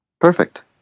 Perfect